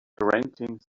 grating